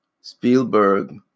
Spielberg